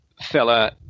fella